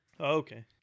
Okay